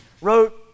wrote